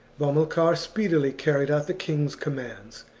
bomilcar speedily carried out the king's commands,